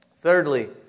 Thirdly